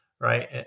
right